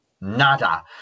Nada